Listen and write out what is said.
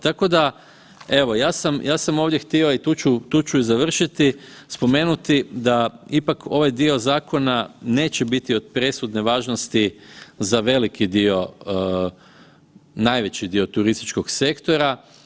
Tako da evo, ja sam ovdje htio i tu ću i završiti spomenuti da ipak ovaj dio zakona neće biti od presudne važnosti za veliki dio, najveći dio turističkog sektora.